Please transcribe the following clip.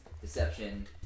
deception